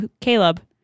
Caleb